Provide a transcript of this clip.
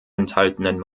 enthaltenen